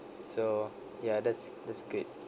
so ya that's that's good